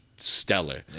Stellar